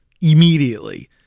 immediately